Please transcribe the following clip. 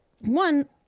one